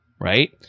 Right